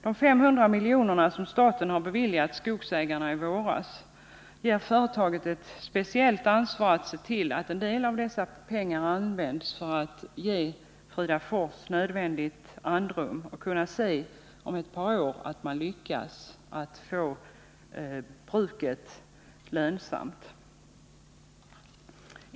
De 500 miljonerna som staten har beviljat Skogsägarna i våras ger företaget ett speciellt ansvar att se till att en del av dessa pengar används så att Fridafors bruk får nödvändigt andrum och kan se huruvida de om ett par år lyckas få bruket lönsamt.